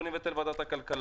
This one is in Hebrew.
בואו נבטל את ועדת הכלכלה,